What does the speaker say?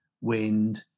wind